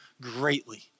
greatly